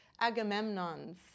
Agamemnon's